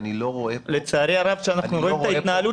לא רואה פה --- לצערי הרב כשאנחנו רואים את ההתנהלות